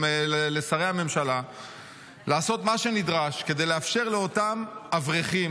לשרי הממשלה לעשות מה שנדרש כדי לאפשר לאותם אברכים